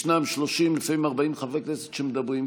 ישנם 30, לפעמים 40, חברי כנסת שמדברים.